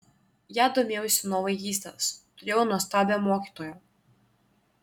ja domėjausi nuo vaikystės turėjau nuostabią mokytoją